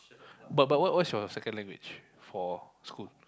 but but what's your second language for school